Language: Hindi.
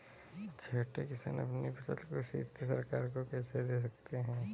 छोटे किसान अपनी फसल को सीधे सरकार को कैसे दे सकते हैं?